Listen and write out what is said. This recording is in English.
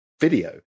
video